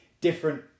different